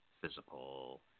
physical